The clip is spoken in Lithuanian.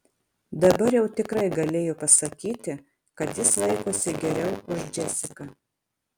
dabar jau tikrai galėjo pasakyti kad jis laikosi geriau už džesiką